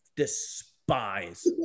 Despise